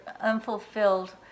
unfulfilled